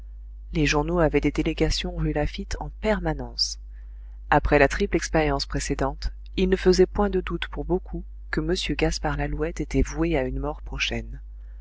les journaux avaient des délégations rue laffitte en permanence après la triple expérience précédente il ne faisait point de doute pour beaucoup que m gaspard lalouette était voué à une mort prochaine